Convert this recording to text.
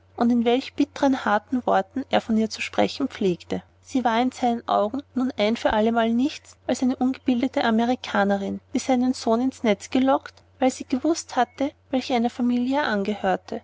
und in welch bittern harten worten er von ihr zu sprechen pflegte sie war in seinen augen nun ein für allemal nichts als eine ungebildete amerikanerin die seinen sohn ins netz gelockt weil sie gewußt hatte welch einer familie er angehörte